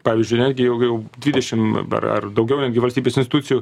pavyzdžiui netgi jau jau dvidešimt dabar ar daugiau netgi valstybės institucijų